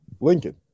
Lincoln